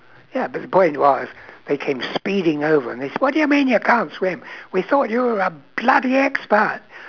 ya the they came speeding over and they s~ what you mean you can't swim we thought you were a bloody expert